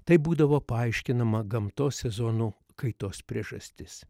tai būdavo paaiškinama gamtos sezonų kaitos priežastis